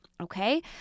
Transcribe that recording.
okay